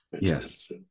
yes